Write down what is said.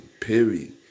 Period